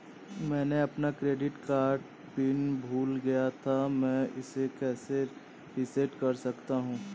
मैं अपना credit card pin भूल गया था मैं इसे कैसे रीसेट कर सकता हूँ?